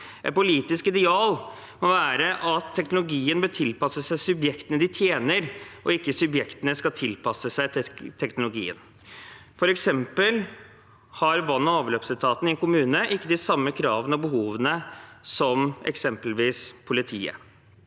Et politisk ideal må være at teknologien bør tilpasse seg subjektene de tjener, ikke at subjektene skal tilpasse seg teknologien. For eksempel har vann- og avløpsetaten i en kommune ikke de samme kravene og behovene som